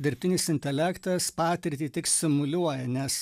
dirbtinis intelektas patirtį tik simuliuoja nes